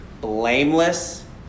blameless